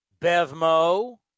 Bevmo